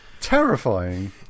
terrifying